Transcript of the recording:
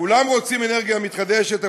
כולם רוצים אנרגיה מתחדשת,